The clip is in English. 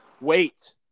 Wait